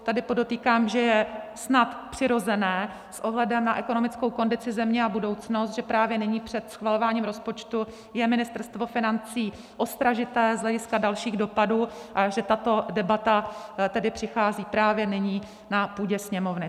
Tady podotýkám, že je snad přirozené s ohledem na ekonomickou kondici země a budoucnost, že právě nyní před schvalováním rozpočtu je Ministerstvo financí ostražité z hlediska dalších dopadů a že tato debata přichází právě nyní na půdě Sněmovny.